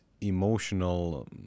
emotional